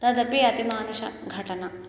तदपि अतिमानुष घटना